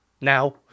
now